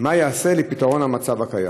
מה ייעשה לפתרון המצב הקיים?